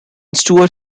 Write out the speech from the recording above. stuart